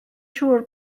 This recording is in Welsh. siŵr